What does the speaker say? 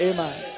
Amen